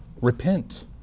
Repent